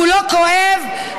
כשכולו כואב,